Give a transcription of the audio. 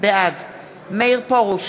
בעד מאיר פרוש,